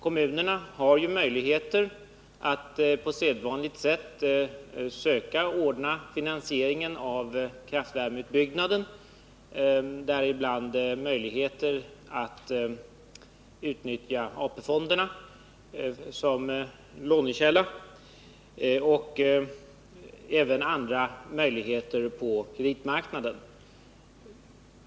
Kommunerna har ju möjligheter att på sedvanligt sätt söka ordna finansieringen av kraftvärmeutbyggnaden. De har möjligheter att utnyttja AP fonderna som lånekälla, och de har även andra möjligheter på kreditmarknaden.